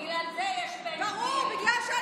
בגלל זה יש בן גביר, תומך טרור מושבע.